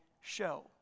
show